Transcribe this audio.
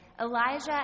Elijah